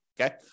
okay